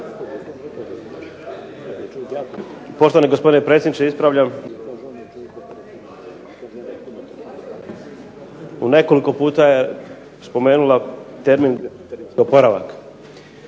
Poštovani gospodine predsjedniče. Ispravljam u nekoliko je puta spomenula termin oporavak.